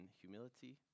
humility